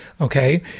Okay